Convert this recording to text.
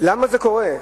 למה זה קורה,